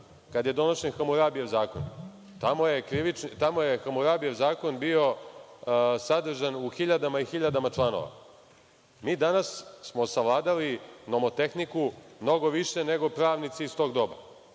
kada je donošen Hamurabijev zakon, tada je Hamurabijev zakon bio sadržan u hiljadama i hiljadama članova. Mi danas smo savladali nomotehniku mnogo više nego pravnici iz tog doba.